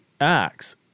acts